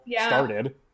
started